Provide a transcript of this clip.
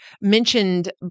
mentioned